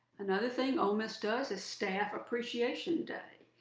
another thing ole miss does is staff appreciation day.